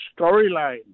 storyline